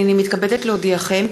הנני מתכבדת להודיעכם,